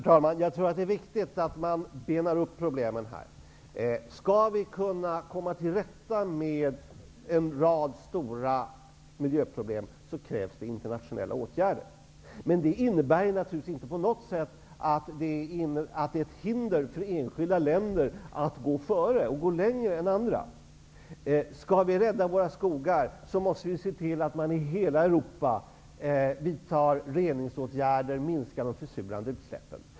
Herr talman! Jag tror att det är viktigt att bena upp problemen här. Skall vi komma till rätta med en rad stora miljöproblem krävs internationella åtgärder. Men det innebär inte något hinder för enskilda länder att gå före och gå längre än andra. Skall vi rädda våra skogar måste vi se till att man i hela Europa vidtar reningsåtgärder och minskar de försurande utsläppen.